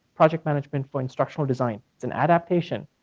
project management for instructional design. it's an adaptation,